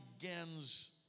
begins